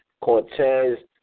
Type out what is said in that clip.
Cortez